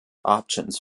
options